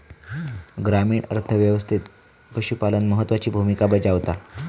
ग्रामीण अर्थ व्यवस्थेत पशुपालन महत्त्वाची भूमिका बजावता